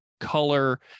color